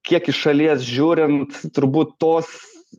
kiek iš šalies žiūrint turbūt tos